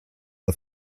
the